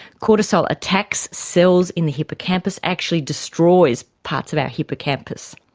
cortisol attacks cells in the hippocampus, actually destroys parts of our hippocampus.